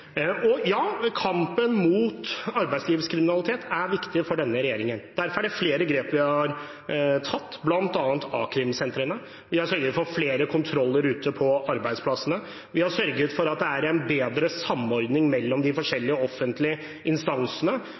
Ja, kampen mot arbeidslivskriminalitet er viktig for denne regjeringen. Derfor er det flere grep vi har tatt, bl.a. a-krimsentrene. Vi har sørget for flere kontroller ute på arbeidsplassene. Vi har sørget for at det er en bedre samordning mellom de forskjellige offentlige instansene,